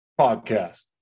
podcast